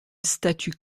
statue